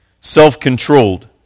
self-controlled